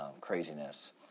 craziness